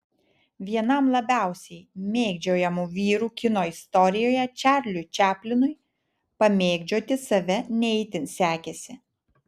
vienam labiausiai mėgdžiojamų vyrų kino istorijoje čarliui čaplinui pamėgdžioti save ne itin sekėsi